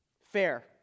fair